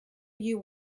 you